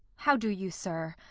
how do you, sir?